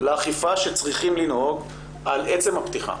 לאכיפה שצריכים לנהוג על עצם הפתיחה.